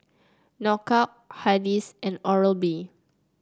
Knockout Hardy's and Oral B